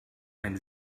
ein